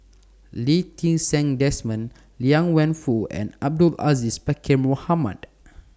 Lee Ti Seng Desmond Liang Wenfu and Abdul Aziz Pakkeer Mohamed